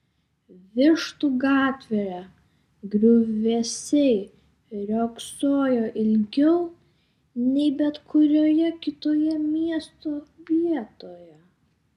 vištų gatvėje griuvėsiai riogsojo ilgiau nei bet kurioje kitoje miesto vietoje